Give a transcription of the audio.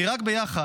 כי רק ביחד